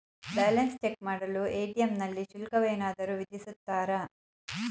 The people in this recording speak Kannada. ಬ್ಯಾಲೆನ್ಸ್ ಚೆಕ್ ಮಾಡಲು ಎ.ಟಿ.ಎಂ ನಲ್ಲಿ ಶುಲ್ಕವೇನಾದರೂ ವಿಧಿಸುತ್ತಾರಾ?